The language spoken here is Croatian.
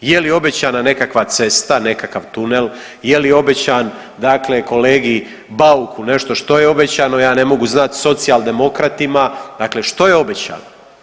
Je li obećana nekakva cesta, nekakav tunel, je li obećan dakle kolegi Bauku nešto što je obećano, ja ne mogu znati, Socijaldemokratima, dakle što je obećano?